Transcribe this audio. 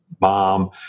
mom